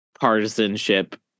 partisanship